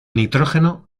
nitrógeno